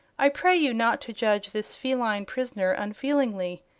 i pray you not to judge this feline prisoner unfeelingly.